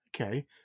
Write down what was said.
Okay